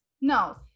No